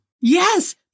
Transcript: Yes